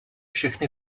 všechny